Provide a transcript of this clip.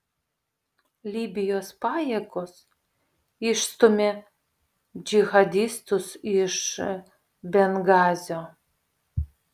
libijos pajėgos išstūmė džihadistus iš bengazio